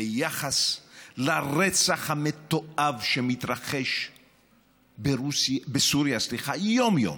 ביחס לרצח המתועב שמתרחש בסוריה יום-יום,